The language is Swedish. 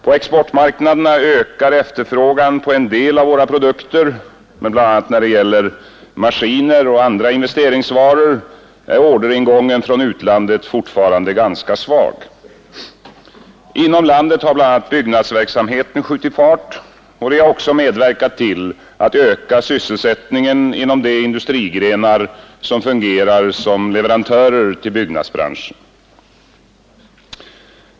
På exportmarknaderna ökar efterfrågan på en del av våra produkter, men bl.a. när det gäller maskiner och andra investeringsvaror är orderingången från utlandet fortfarande ganska svag. Inom landet har bl.a. byggnadsverksamheten skjutit fart, och det har också medverkat till att öka sysselsättningen inom de industrigrenar som fungerar som leverantörer till byggnadsbranschen.